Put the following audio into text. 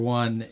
one